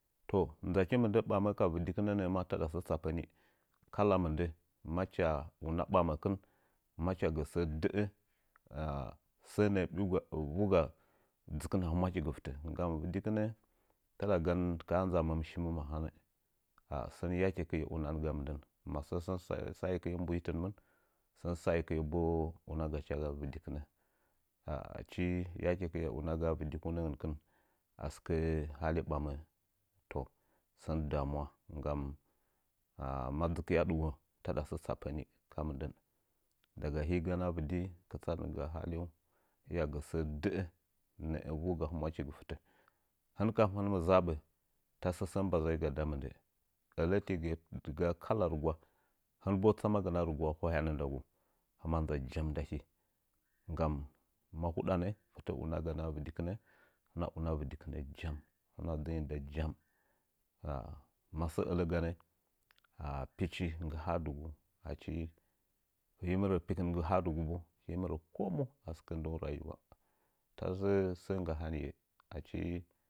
Sə bamə ka ⱱdikɨnə nə’ə maa taɗa sə tsappə. Kak mi’ndə macha una ɓaməkɨn, macha gə səə də’ə səəa nə’ə vuuga dzi’kin a humwachigɨ fɨtə nggam vɨdɨki’nd taɗa ganə nzaməm shiməm ahanə. Ah ah, sən yakekɨe unanga mɨndən ma sən sa’ekɨe mbuhitɨnmɨn, sən saekie tsu unagaa vi’diki’nə a sɨkəhale ɓamə. To sən damuna ndama ma dzɨkie a ɗuwo taɗa sə tsappə nii ka mɨdən. Diga hii ganə a vɨdi kɨtsadɨn gaa halengu sə də’ə nəə vuuga humwachingɨ fɨtə. Hɨn kam hɨn mɨ zabə tasə sə sam mbazaiga nda mɨndə. ələtiigɨye dɨga ko mahyaa ndɨɗa nugwa, hɨn bo tsamagɨna nugwaa hwayanə ndagu huma nza jam nda hii ndama ma huɗanə hɨna una vɨdɨkɨnə jam, tɨna dzɨnyi jam. Masəə ələganə, pichi nggɨ haa dugu. A hii mɨ rə pɨkɨn nggɨ haa dugu boo, hii mɨ rə ko mu a sɨkə ndəngu nayuwa tasə səə nggahanye.